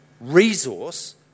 resource